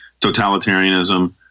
totalitarianism